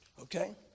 okay